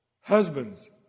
Husbands